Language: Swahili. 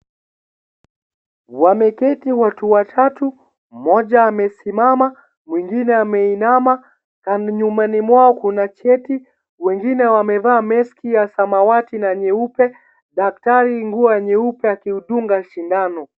Wameketi watu watatu, mmoja amesimama mwingine ameinama, nyumani mwao kuna cheti, wengine wamevaa meski ya samawati na nyeupe, daktari nguo ya nyeupe akiudunga shindano.